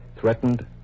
threatened